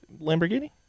Lamborghini